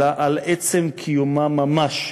אלא על עצם קיומה ממש.